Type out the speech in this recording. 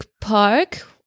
park